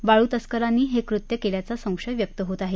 वाळू तस्करांनी हे कृत्य केल्याचा संशय व्यक्त होत आहे